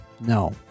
No